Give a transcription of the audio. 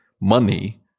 money